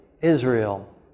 Israel